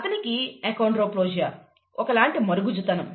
అతనికి అకోండ్రోప్లాసియా ఒకలాంటి మరుగుజ్జుతనం